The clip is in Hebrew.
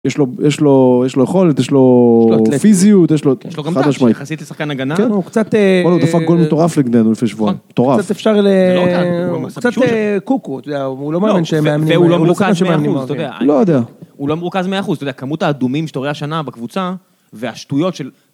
יש לו, יש לו, יש לו יכולת, יש לו אתלט..יש לו פיזיות, חד משמעי, יש לו, יש לו גם טאץ' יחסית לשחקן הגנה. כן, הוא קצת, באנה הוא דפק גול מטורף.. לפני שבועיים, מטורף. קצת אפשר ל..קצת ל.. קוקו, אתה יודע, הוא לא מרוכז 100 אחוז, אתה יודע. הוא לא מרוכז 100 אחוז, אתה יודע, כמות האדומים שאתה רואה השנה בקבוצה, והשטויות של...